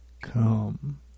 come